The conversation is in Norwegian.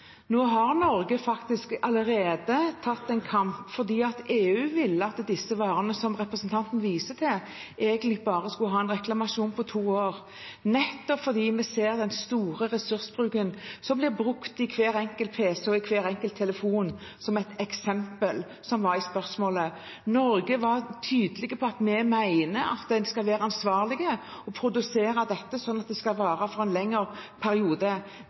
Nå har Norge faktisk allerede tatt en kamp, for EU ville at disse varene som representanten viser til, egentlig bare skulle ha en reklamasjon på to år, nettopp fordi vi ser den store ressursbruken for hver enkelt pc og hver enkelt telefon, som var eksempelet i spørsmålet. Norge var tydelig på at vi mener at en skal være ansvarlig og produsere dette slik at det skal vare i en lengre periode.